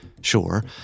Sure